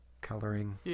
coloring